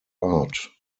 art